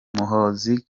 muhoozi